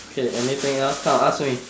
okay anything else come ask me